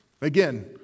Again